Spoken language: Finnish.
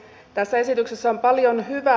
tässä esityksessä on paljon hyvää